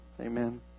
Amen